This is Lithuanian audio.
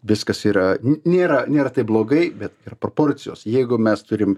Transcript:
viskas yra n nėra nėra taip blogai bet ir proporcijos jeigu mes turim